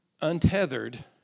untethered